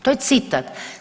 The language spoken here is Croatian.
To je citat.